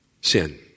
sin